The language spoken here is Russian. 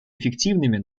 эффективными